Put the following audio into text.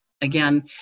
again